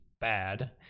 bad